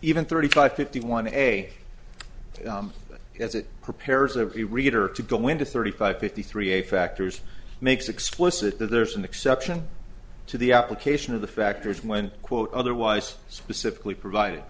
even thirty five fifty one a day as it prepares of the reader to go into thirty five fifty three eight factors makes explicit that there's an exception to the application of the factors when quote otherwise specifically provid